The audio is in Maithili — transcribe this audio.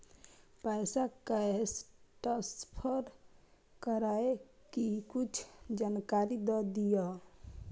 पैसा कैश ट्रांसफर करऐ कि कुछ जानकारी द दिअ